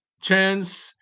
chance